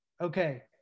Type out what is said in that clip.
okay